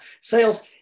Sales